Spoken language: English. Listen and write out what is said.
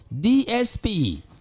DSP